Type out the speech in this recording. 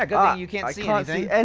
like um you can't see ah anything! and